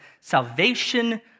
Salvation